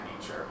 nature